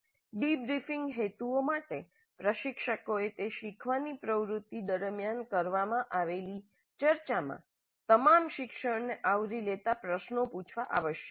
debriefing હેતુઓ માટે પ્રશિક્ષકોએ તે શીખવાની પ્રવૃત્તિ દરમિયાન કરવામાં આવેલી ચર્ચા માં તમામ શિક્ષણને આવરી લેતા પ્રશ્નો પૂછવા આવશ્યક છે